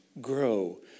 grow